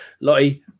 Lottie